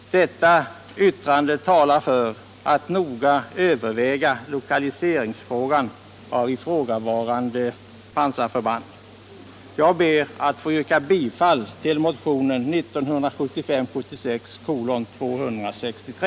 Detta yttrande talar för att riksdagen bör noga överväga frågan om lokaliseringen av ifrågavarande pansarförband. Jag ber att få yrka bifall till motionen 1975/76:263.